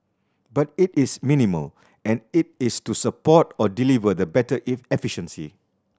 but it is minimal and it is to support or deliver the better